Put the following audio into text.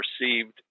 received